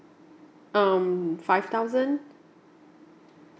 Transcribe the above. um five thousand